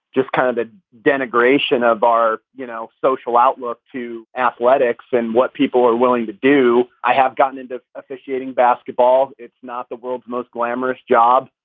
just kind of a denigration of our, you know, social outlook to athletics and what people were willing to do. i have gotten into officiating basketball. it's not the world's most glamorous job.